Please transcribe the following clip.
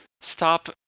stop